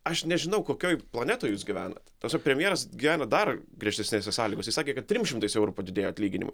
aš nežinau kokioj planetoj jūs gyvenat ta prasme premjeras gyvena dar griežtesnėse sąlygose jis sakė kad trim šimtais eurų padidėjo atlyginimai